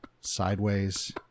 sideways